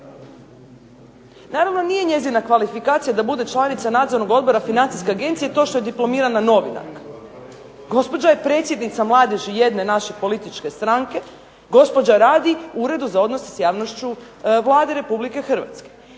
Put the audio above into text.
Naravno nije njezina kvalifikacija da bude članica nadzornog odbora financijske agencije to što je diplomirana novinarka, gospođa je predsjednica mladeži jedne naše političke stranke, gospođa radi u Uredu za odnose s javnošću Vlade Republike Hrvatske.